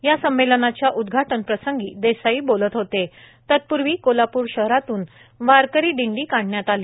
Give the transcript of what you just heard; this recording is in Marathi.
या संमेलनाचे उद्घाटन प्रसंगी देसाई बोलत होते तत्पूर्वी कोल्हापूर शहरातून वारकरी दिंडी काढण्यात आली